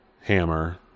hammer